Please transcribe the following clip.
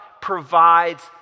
provides